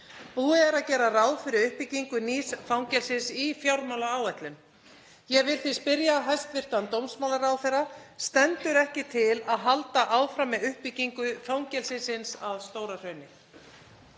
Búið er að gera ráð fyrir uppbyggingu nýs fangelsis í fjármálaáætlun. Ég vil því spyrja hæstv. dómsmálaráðherra: Stendur ekki til að halda áfram með uppbyggingu fangelsisins að Stóra-Hrauni?